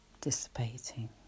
dissipating